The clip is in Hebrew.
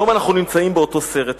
היום אנחנו נמצאים באותו סרט.